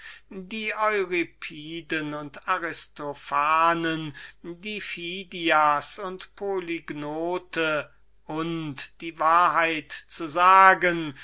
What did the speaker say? die euripiden und aristophane die phidias und die polygnote und die wahrheit zu sagen